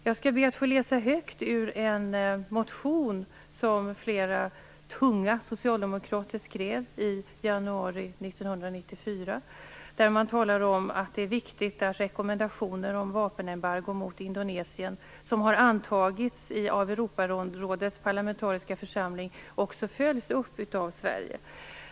Jag skall läsa vad som står i en motion som flera tunga socialdemokrater skrev i januari 1994. Det talas där om att det är viktigt att rekommendationer om vapenembargo mot Indonesien, som har antagits av Europarådets parlamentariska församling, också följs upp av Sverige.